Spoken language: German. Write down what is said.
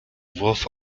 wurf